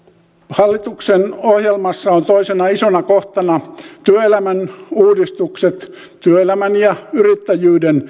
hallituksen ohjelmassa on toisena isona kohtana työelämän uudistukset työelämän ja yrittäjyyden